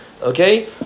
Okay